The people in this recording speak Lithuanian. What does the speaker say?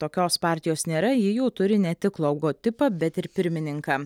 tokios partijos nėra ji jau turi ne tik logotipą bet ir pirmininką